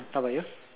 how about you